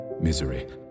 misery